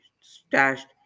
stashed